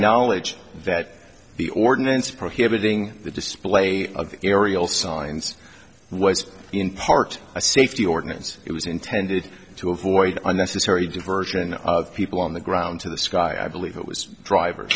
acknowledged that the ordinance prohibiting the display of aerial signs was in part a safety ordinance it was intended to avoid unnecessary diversion of people on the ground to the sky i believe it was driver